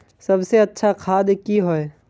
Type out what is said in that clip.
सबसे अच्छा खाद की होय?